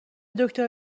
دکتر